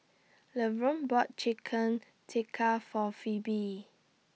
Lavonne bought Chicken Tikka For Pheobe